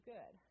Good